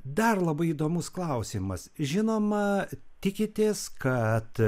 dar labai įdomus klausimas žinoma tikitės kad